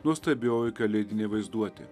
nuostabioji kalėdinė vaizduotė